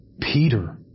Peter